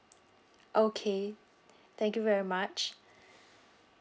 okay thank you very much